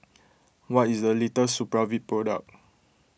what is the latest Supravit product